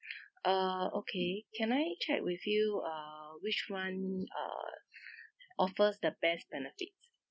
uh okay can I check with you uh which one uh offers the best benefit